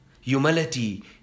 humility